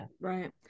Right